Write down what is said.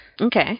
Okay